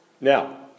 Now